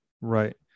Right